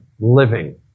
living